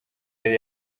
yari